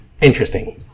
Interesting